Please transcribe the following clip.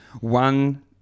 one